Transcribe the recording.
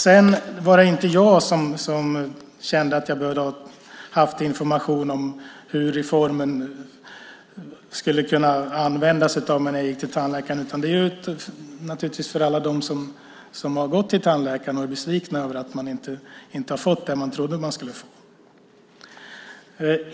Det var inte jag som kände att jag hade behövt information om hur reformen skulle kunna användas av mig när jag gick till tandläkaren, utan det är naturligtvis alla de som har gått till tandläkaren och är besvikna över att man inte har fått det man trodde att man skulle få.